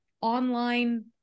online